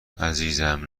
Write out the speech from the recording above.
عزیزم